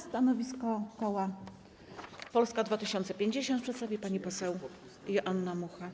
Stanowisko koła Polska 2050 przedstawi pani poseł Joanna Mucha.